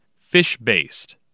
Fish-based